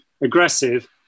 aggressive